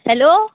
hello